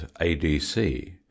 ADC